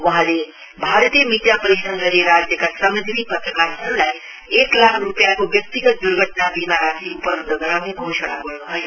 वहाँहरुले भारतीय मिडिया परिसंघले राज्यका श्रमजीवी पत्रकारहरुलाई एक लाख रुपियाँको व्यतिगत द्र्घटना बीमा राशि उपलाब्ध गराउने घोषणा गर्नु भयो